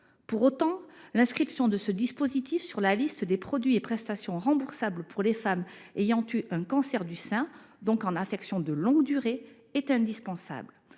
Pour autant, l’inscription de ce dispositif sur la liste des produits et prestations remboursables pour les femmes ayant eu un cancer du sein, donc étant en affection de longue durée (ALD), est indispensable.